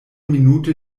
minute